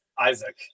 Isaac